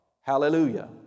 Hallelujah